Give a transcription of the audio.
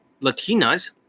Latinas